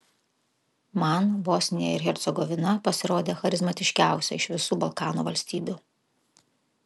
man bosnija ir hercegovina pasirodė charizmatiškiausia iš visų balkanų valstybių